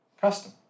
custom